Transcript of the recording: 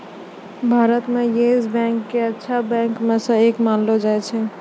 भारत म Yes Bank क अच्छा बैंक म स एक मानलो जाय छै